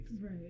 Right